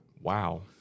Wow